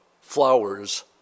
flowers